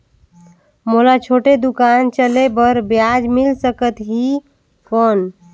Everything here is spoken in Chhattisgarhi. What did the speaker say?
मोला छोटे दुकान चले बर ब्याज मिल सकत ही कौन?